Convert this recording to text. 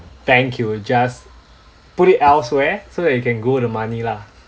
bank you will just put it elsewhere so that you can grow the money lah